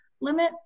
limit